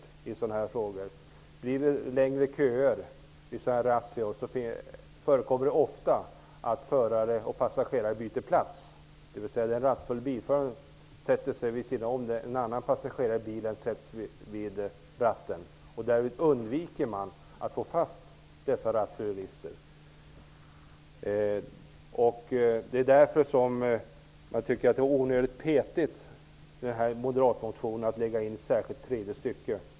Om det vid sådana här razzior bildas längre köer förekommer det ofta att förare och passagerare byter plats, dvs. den rattfulle bilföraren sätter sig vid sidan om, och en annan passagerare i bilen sätter sig vid ratten. Därvid undviker dessa rattfyllerister att tas fast. Det är därför som jag tycker att det är onödigt petigt att i den här moderatmotionen lägga in ett särskilt tredje stycke.